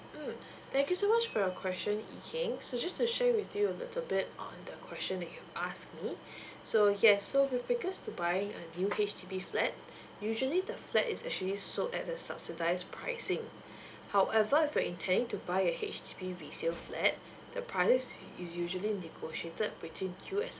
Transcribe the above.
mm thank you so much for your question yee keng so just to share with you a little bit on the questions that you ask me so yes so with regards to buying a new H_D_B flat usually the flat is actually sold at the subsidized pricing however if you intended to buy a H_D_B resale flat the price is usually negotiated between you as